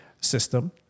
system